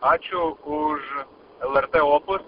ačiū už lrt opus